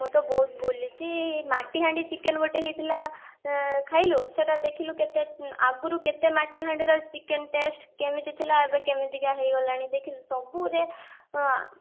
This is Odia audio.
ମୁଁ ତ ବହୁତ ବୁଲିଛି ମାଟିହାଣ୍ଡି ଚିକେନ୍ ଗୋଟେ ହେଇଥିଲା ଏଁ ଖାଇଲୁ ସେଟା ଦେଖିଲୁ କେତେ ଆଗରୁ କେତେ ମାଟି ହାଣ୍ଡିର ଚିକେନ୍ ଟେଷ୍ଟ କେମିତି ଥିଲା ଏବେ କେମିତିକା ହେଇଗଲାଣି ଦେଖିଲୁ ସବୁରେ ଆଁ